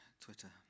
Twitter